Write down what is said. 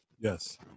Yes